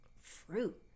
fruit